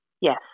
Yes